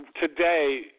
today